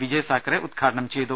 വിജയ് സാക്കറേ ഉദ്ഘാടനം ചെയ്തു